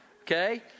Okay